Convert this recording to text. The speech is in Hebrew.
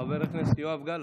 חבר הכנסת יואב גלנט,